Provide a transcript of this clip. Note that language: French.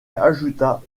ajouta